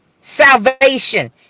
Salvation